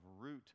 root